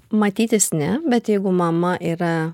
matytis ne bet jeigu mama yra